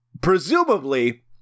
presumably